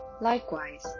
Likewise